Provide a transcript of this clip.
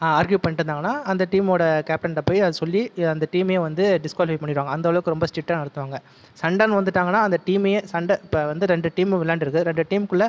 ஆ argue பண்ணிட்டுருந்தாங்கன்னா அந்த டீமோடய கேப்டன் கிட்டே போய் அதை சொல்லி அந்த டீமையே வந்து டிஸ்குவாலிஃபை பண்ணிவிடுவாங்க அந்த அளவுக்கு ரொம்ப ஸ்ட்ரிக்ட்டாக நடத்துவாங்க சண்டைனு வந்துவிட்டாங்கன்னா அந்த டீமையே சண்டை இப்போ வந்து ரெண்டு டீம் விளையாண்டிருக்கு ரெண்டு டீமு குள்ளே